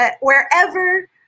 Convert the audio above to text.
Wherever